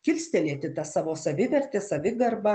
kilstelėti tą savo savivertę savigarbą